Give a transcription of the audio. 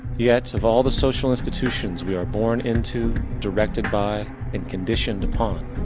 yet, of all the social institutions, we are born into, directed by and conditioned upon,